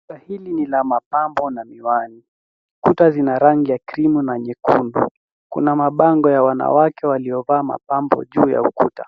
Duka hili ni la mapambo na miwani. Kuta zina rangi ya krimu na nyekundu. Kuna mabango ya wanawake waliovaa mapambo juu ya ukuta.